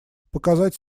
показать